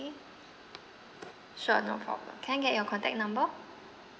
sure no problem can I get your contact number